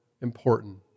important